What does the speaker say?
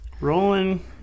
Rolling